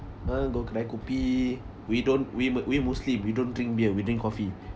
uh go kedai kopi we don't we we muslim we don't drink beer we drink coffee